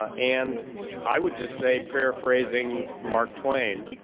ah and i would just say, paraphrasing mark twain,